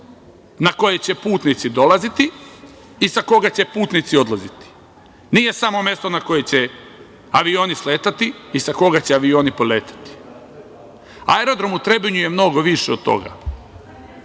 na koje će putnici dolaziti i sa koga će putnici odlaziti, nije samo mesto na koje će avioni sletati i sa koga će avioni poletati. Aerodrom u Trebinju je mnogo više od